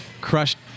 crushed